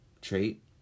trait